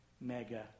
mega